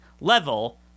level